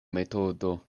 metodo